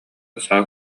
саа